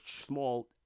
small